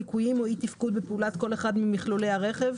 ליקוים או אי תפקוד בפעולת כל אחד ממכלולי הרכב,